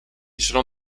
sono